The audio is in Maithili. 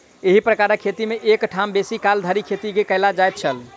एही प्रकारक खेती मे एक ठाम बेसी काल धरि खेती नै कयल जाइत छल